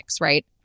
right